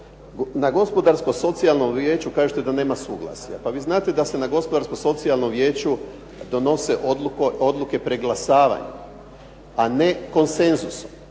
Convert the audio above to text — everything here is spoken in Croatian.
na Gospodarsko-socijalnom vijeću kažete da nema suglasja. Pa vi znate da se na Gospodarsko-socijalnom vijeću donose odluke preglasavanjem, a ne konsenzusom.